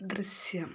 ദൃശ്യം